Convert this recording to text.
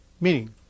Meaning